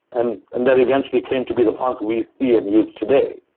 and and that eventually came to be the fonts we see and use today.